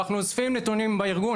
אבל אנחנו אוספים נתונים בארגון,